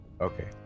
Okay